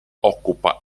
occupa